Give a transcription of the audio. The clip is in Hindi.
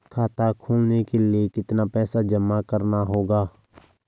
खाता खोलने के लिये कितना पैसा जमा करना होगा?